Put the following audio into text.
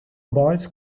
boys